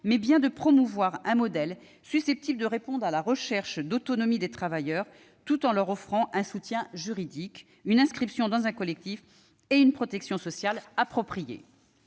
mais bien de promouvoir un modèle susceptible de répondre à la recherche d'autonomie des travailleurs, tout en offrant à ceux-ci un soutien juridique, une inscription dans un collectif et une protection sociale appropriée.